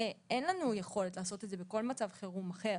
אין לנו יכולת לעשות את זה בכל מצב חירום אחר.